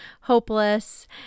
hopeless